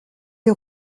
les